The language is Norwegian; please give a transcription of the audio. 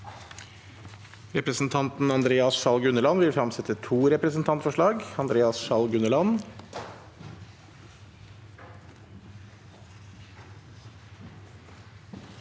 Representanten Andreas Sjalg Unneland vil fremsette to representantforslag. Andreas Sjalg Unneland